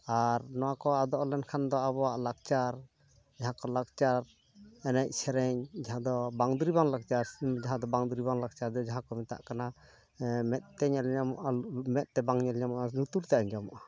ᱟᱨ ᱱᱚᱣᱟ ᱠᱚ ᱟᱫᱚᱜ ᱞᱮᱱᱠᱷᱟᱱ ᱫᱚ ᱟᱵᱚᱣᱟᱜ ᱞᱟᱠᱪᱟᱨ ᱡᱟᱦᱟᱸ ᱠᱚ ᱞᱟᱠᱪᱟᱨ ᱮᱱᱮᱡ ᱥᱮᱨᱮᱧ ᱡᱟᱦᱟᱸ ᱫᱚ ᱵᱟᱝ ᱫᱩᱨᱤᱵᱟᱱ ᱞᱟᱠᱪᱟᱨ ᱡᱟᱦᱟᱸ ᱫᱚ ᱵᱟᱝ ᱫᱩᱨᱤᱵᱟᱱ ᱞᱟᱠᱪᱟᱨ ᱫᱚ ᱡᱟᱦᱟᱸ ᱠᱚ ᱢᱮᱛᱟᱜ ᱠᱟᱱᱟ ᱢᱮᱫᱛᱮ ᱧᱮᱞ ᱧᱟᱢᱚᱜᱼᱟ ᱢᱮᱫᱛᱮ ᱵᱟᱝ ᱧᱮᱞ ᱧᱟᱢᱚᱜᱼᱟ ᱞᱩᱛᱩᱨ ᱛᱮ ᱟᱸᱡᱚᱢᱚᱜᱼᱟ